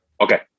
Okay